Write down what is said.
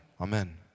Amen